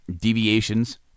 deviations